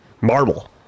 marble